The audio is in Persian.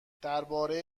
درباره